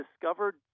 discovered